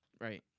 Right